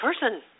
person